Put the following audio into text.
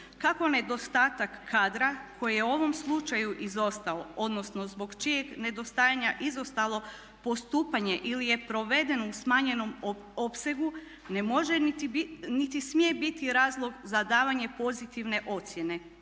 Kako nedostatak kadra koji je u ovom slučaju izostao, odnosno zbog čijeg nedostajanja izostalo postupanje ili je provedeno u smanjenom opsegu ne može niti smije bit razlog za davanje pozitivne ocjene.